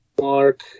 Mark